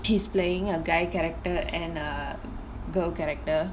he's playing a guy character and err cool character